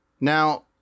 Now